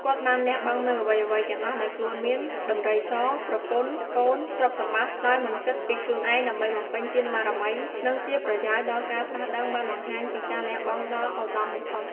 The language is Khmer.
គាត់បានលះបង់នូវអ្វីៗទាំងអស់ដែលខ្លួនមាន ដំរីស ប្រពន្ធ កូន ទ្រព្យសម្បត្តិ ដោយមិនគិតពីខ្លួនឯង ដើម្បីបំពេញទានបារមី និងជាប្រយោជន៍ដល់ការត្រាស់ដឹង បានបង្ហាញពីការលះបង់ដ៏ឧត្តមបំផុត។